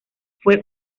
fue